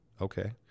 Okay